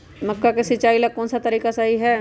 मक्का के सिचाई ला कौन सा तरीका सही है?